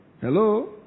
Hello